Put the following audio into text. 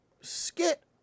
skit